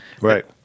Right